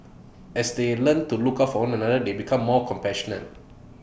as they learn to look out for one another they become more compassionate